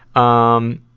um,